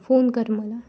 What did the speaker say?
phone कर मला